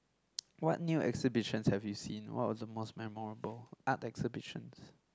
what new exhibitions have you seen what was the most memorable art exhibitions